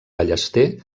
ballester